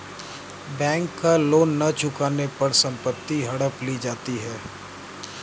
bank का loan न चुकाने पर संपत्ति हड़प ली जाती है